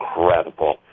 incredible